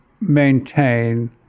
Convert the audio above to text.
maintain